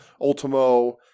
Ultimo